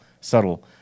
subtle